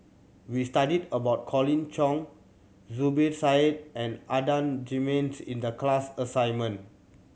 we studied about Colin Cheong Zubir Said and Adan Jimenez in the class assignment